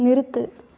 நிறுத்து